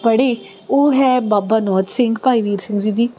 ਪੜ੍ਹੇ ਉਹ ਹੈ ਬਾਬਾ ਨੌਧ ਸਿੰਘ ਭਾਈ ਵੀਰ ਸਿੰਘ ਜੀ ਦੀ